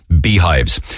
beehives